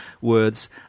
words